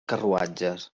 carruatges